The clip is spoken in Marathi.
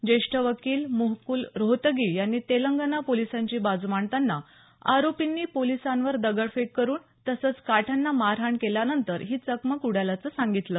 ज्येष्ठ वकील मुकुल रोहतगी यांनी तेलंगणा पोलिसांची बाजू मांडताना आरोपींनी पोलिसांवर दगडफेक करून तसंच काठ्यांना मारहाण केल्यानंतर ही चकमक उडाल्याचं सांगितलं